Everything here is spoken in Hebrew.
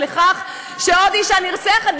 לכך שעוד אישה נרצחת,